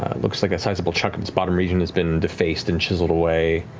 looks like a sizable chunk of this bottom region has been defaced and chiseled away,